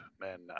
men